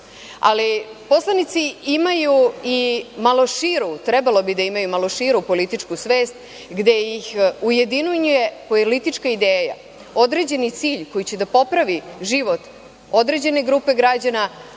ali poslanici imaju i malo širu, trebalo bi da imaju malo širu političku svest, gde ih ujedinjuje politička ideja, određeni cilj koji će da popravi život određene grupe građana,